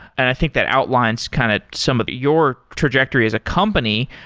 i think that outlines kind of some of your trajectory as a company.